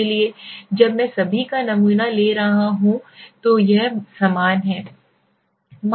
इसलिए जब मैं सभी का नमूना ले रहा हूं तो यह समान है